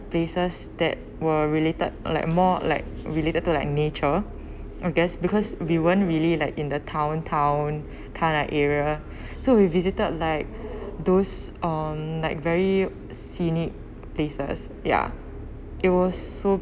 places that were related like more like related to like nature I guess because we weren't really like in the town town kind of area so we visited like those um like very scenic places ya it was so